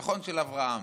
נכון, של אברהם.